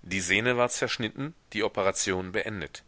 die sehne war zerschnitten die operation beendet